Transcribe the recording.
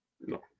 No